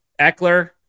Eckler